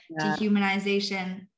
dehumanization